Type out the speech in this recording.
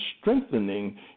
strengthening